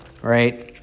right